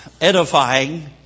edifying